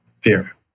fear